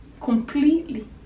Completely